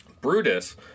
Brutus